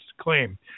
claim